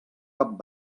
cap